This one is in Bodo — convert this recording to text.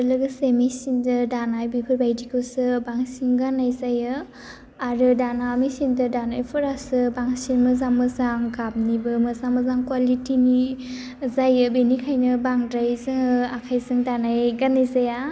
लोगोसे मेसिनजों दानाय बेफोरबायदिखौसो बांसिन गान्नाय जायो आरो दाना मेसिनजों दानायफोरासो बांसिन मोजां मोजां गाबनिबो मोजां मोजां कवालिटीनि जायो बेनिखायनो बांद्राय जोङो आखायजों दानाय गान्नाय जाया